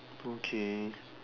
okay